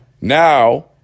now